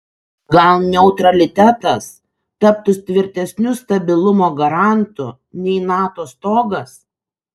gal neutralitetas taptų tvirtesniu stabilumo garantu nei nato stogas